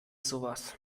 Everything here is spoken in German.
sowas